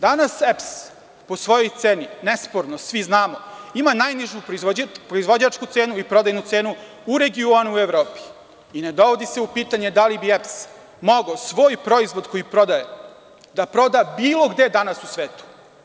Danas EPS po svojoj ceni, nesporno, svi znamo ima najnižu proizvođačku cenu i prodajnu cenu u regionu, u Evropi i ne dovodi se u pitanje da li bi EPS mogao svoj proizvod koji prodaje da proda bilo gde danas u svetu.